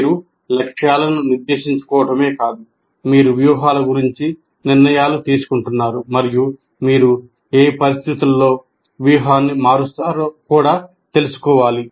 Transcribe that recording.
మీరు లక్ష్యాలను నిర్దేశించుకోవడమే కాదు మీరు వ్యూహాల గురించి నిర్ణయాలు తీసుకుంటున్నారు మరియు మీరు ఏ పరిస్థితులలో వ్యూహాన్ని మారుస్తారో కూడా తెలుసుకోవాలి